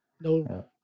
No